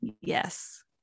yes